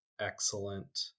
excellent